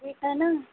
ठीक है ना